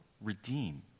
redeem